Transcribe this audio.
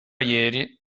ieri